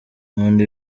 nkunda